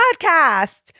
podcast